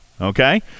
Okay